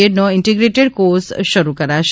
એડનો integrated course શરૂ કરાશે